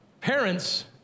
parents